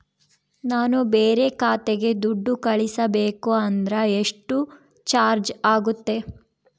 ನಾನು ಬೇರೆ ಖಾತೆಗೆ ದುಡ್ಡು ಕಳಿಸಬೇಕು ಅಂದ್ರ ಎಷ್ಟು ಚಾರ್ಜ್ ಆಗುತ್ತೆ?